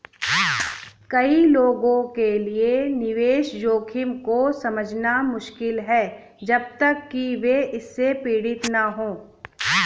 कई लोगों के लिए निवेश जोखिम को समझना मुश्किल है जब तक कि वे इससे पीड़ित न हों